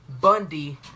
Bundy